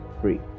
free